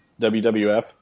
WWF